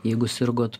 jeigu sirgot